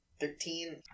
Thirteen